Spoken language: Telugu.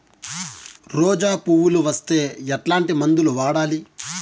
రోజా పువ్వులు వస్తే ఎట్లాంటి మందులు వాడాలి?